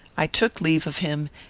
i took leave of him,